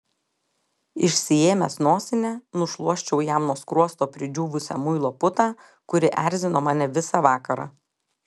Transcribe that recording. išsiėmęs nosinę nušluosčiau jam nuo skruosto pridžiūvusią muilo putą kuri erzino mane visą vakarą